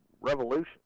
revolution